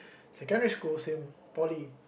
secondary school same poly